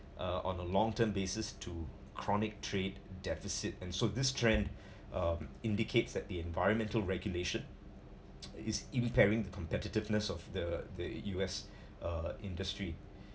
uh on a long term basis to chronic trade deficit and so this trend um indicates that the environmental regulation is impairing competitiveness of the the U_S uh industry